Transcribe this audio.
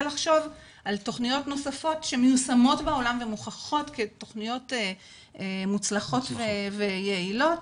לחשוב על תכניות נוספות שמיושמות בעולם ומוכחות כתכניות מוצלחות ויעילות,